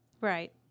right